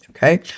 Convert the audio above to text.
Okay